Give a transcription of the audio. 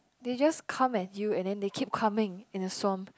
they just come at you and then they keep coming in a swamp